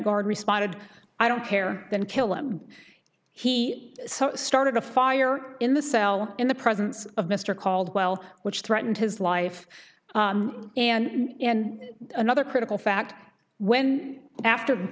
guard responded i don't care than kill him he started a fire in the cell in the presence of mr caldwell which threatened his life and another critical fact when after